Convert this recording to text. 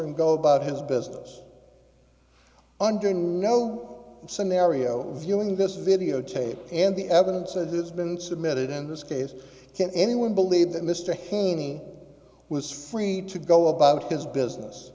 and go about his business under no scenario viewing this videotape and the evidence that has been submitted in this case can anyone believe that mr haney was free to go about his business